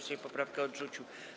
Sejm poprawkę odrzucił.